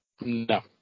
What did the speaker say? No